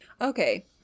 Okay